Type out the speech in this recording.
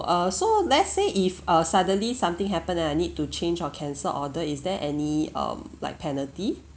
uh so let's say if uh suddenly something happen then I need to change or cancel order is there any um like penalty